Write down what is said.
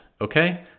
Okay